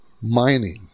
mining